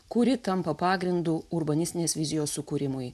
kuri tampa pagrindu urbanistinės vizijos sukūrimui